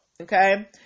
okay